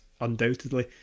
undoubtedly